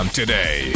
today